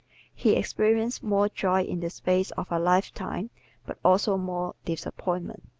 he experiences more joy in the space of a lifetime but also more disappointment.